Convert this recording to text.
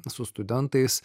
su studentais